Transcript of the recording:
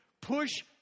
Push